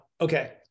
Okay